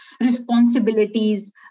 responsibilities